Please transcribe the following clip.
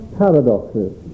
paradoxes